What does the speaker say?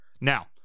Now